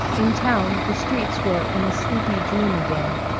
in town the streets were in a sleepy dream again,